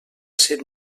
ser